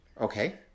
Okay